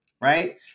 right